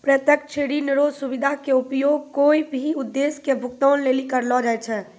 प्रत्यक्ष ऋण रो सुविधा के उपयोग कोय भी उद्देश्य के भुगतान लेली करलो जाय छै